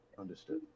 Understood